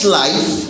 life